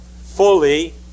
fully